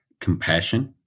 compassion